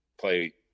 play